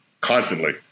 constantly